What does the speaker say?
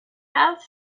have